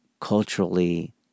culturally